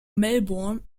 melbourne